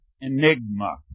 enigma